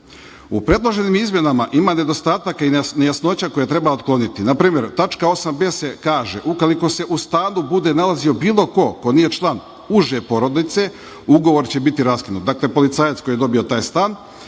predloženim izmenama ima nedostataka i nejasnoća koje treba otkloniti. Na primer, tačka 80. kaže – ukoliko se u stanu bude nalazio bilo ko ko nije član uže porodice, ugovor će biti raskinut. Dakle, policajac koji je dobio taj stan,